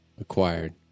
Acquired